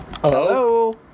Hello